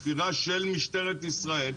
של משטרת ישראל,